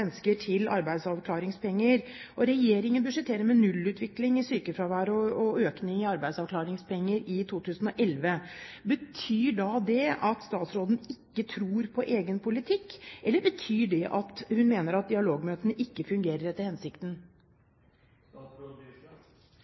til arbeidsavklaringspenger. Regjeringen budsjetterer med nullutvikling i sykefraværet og økning i arbeidsavklaringspenger i 2011. Betyr det at statsråden ikke tror på egen politikk, eller betyr det at hun mener at dialogmøtene ikke fungerer etter hensikten?